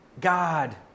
God